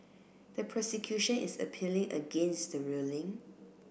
the prosecution is appealing against the ruling